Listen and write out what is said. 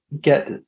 get